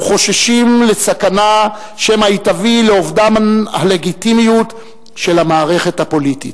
חוששים מפני הסכנה שמא היא תביא לאובדן הלגיטימיות של המערכת הפוליטית.